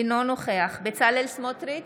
אינו נוכח בצלאל סמוטריץ'